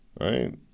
right